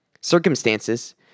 Circumstances